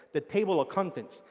the table of contents,